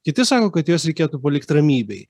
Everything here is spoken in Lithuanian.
kiti sako kad juos reikėtų palikti ramybėj